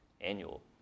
annual